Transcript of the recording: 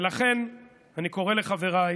ולכן אני קורא לחבריי